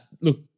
Look